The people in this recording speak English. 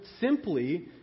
simply